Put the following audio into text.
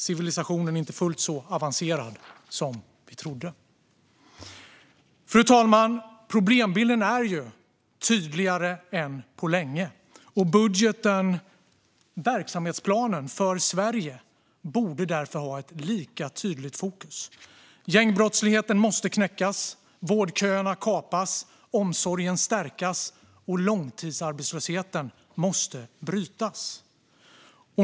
Civilisationen är inte fullt så avancerad som vi trodde. Fru talman! Problembilden är tydligare än på länge, och budgeten - verksamhetsplanen för Sverige - borde därför ha ett lika tydligt fokus. Gängbrottsligheten måste knäckas, vårdköerna kapas, omsorgen stärkas och långtidsarbetslösheten brytas.